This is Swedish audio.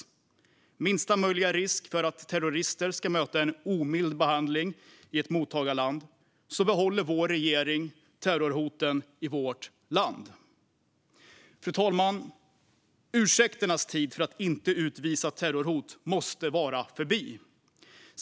Vid minsta möjliga risk att terrorister ska en möta omild behandling i ett mottagarland behåller vår regering terrorhoten i vårt land. Fru talman! Ursäkternas tid för att inte utvisa terrorhot måste vara förbi.